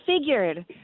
figured